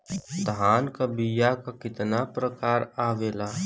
धान क बीया क कितना प्रकार आवेला?